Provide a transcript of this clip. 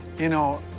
you know,